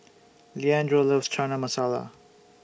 Leandro loves Chana Masala